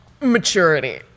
maturity